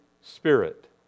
Spirit